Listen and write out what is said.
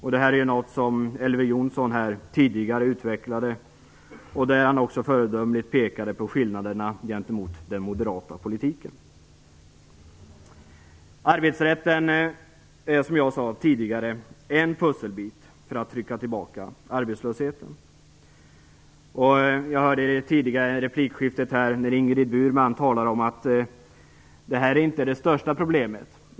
Detta har tidigare här utvecklats av Elver Jonsson, som också föredömligt pekade på skillnaderna i förhållande till den moderata politiken. Arbetsrätten är, som jag sade tidigare, en pusselbit när det gäller att trycka tillbaka arbetslösheten. Jag hörde i det tidigare replikskiftet Ingrid Burman tala om att detta inte är det största problemet.